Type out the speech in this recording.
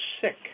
sick